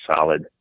solid